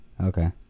okay